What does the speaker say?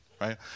right